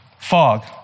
fog